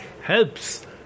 helps